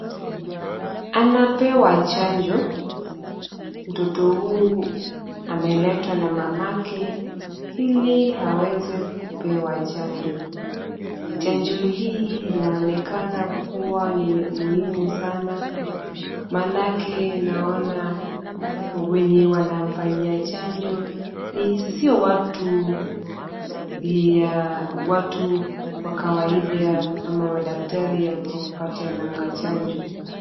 Anapewa chanjo. Mtoto huu ameletwa na mamake ili aweze kupewa chanjo. Chanjo hii inaonekana kuwa ni muhimu sana. Maana naona wenye wanamfanyia chanjo ni sio watu ni ya watu wa kawaida ama madaktari wakupatiananga chanjo.